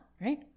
right